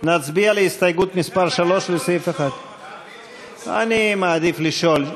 נצביע על הסתייגות מס' 3 לסעיף 1. אני מעדיף לשאול.